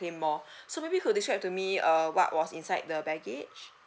claim more so maybe you could describe to me uh what was inside the baggage